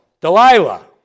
Delilah